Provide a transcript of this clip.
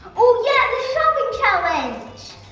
oh yeah, the shopping challenge.